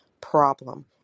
problem